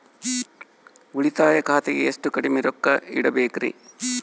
ಉಳಿತಾಯ ಖಾತೆಗೆ ಎಷ್ಟು ಕಡಿಮೆ ರೊಕ್ಕ ಇಡಬೇಕರಿ?